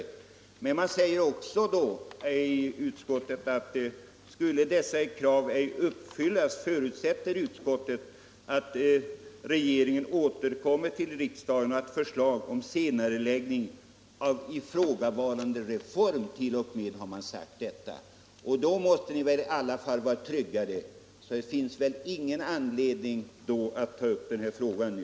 Utskottet säger emellertid att skulle dessa krav ej uppfyllas ”förutsätter utskottet att regeringen återkommer till riksdagen med förslag om senareläggning av ifrågavarande reform”. Då måste ni väl vara tryggade? Det finns väl då ingen anledning att ta upp denna fråga nu.